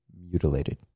mutilated